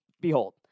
behold